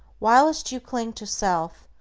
whilst you cling to self,